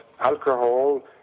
alcohol